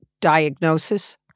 diagnosis